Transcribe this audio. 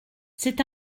c’est